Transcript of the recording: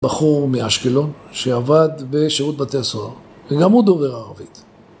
בחור מאשקלון שעבד בשירות בתי הסוהר, וגם הוא דובר ערבית